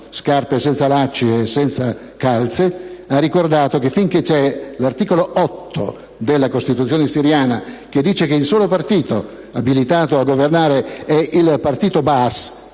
scarpe senza lacci e senza calze, ha però ricordato che, finché c'è l'articolo 8 della Costituzione siriana, che dice che il solo partito abilitato a governare è il Partito Baath,